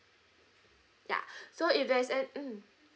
ya so if there is an~ mm